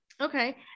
Okay